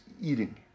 eating